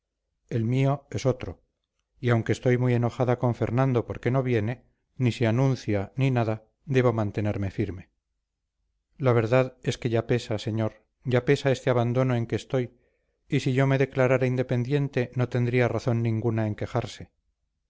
el mío es otro y aunque estoy muy enojada con fernando porque no viene ni se anuncia ni nada debo mantenerme firme la verdad es que ya pesa señor ya pesa este abandono en que estoy y si yo me declarara independiente no tendría razón ninguna en quejarse